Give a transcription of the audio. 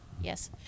Yes